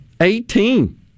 Eighteen